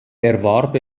erwarb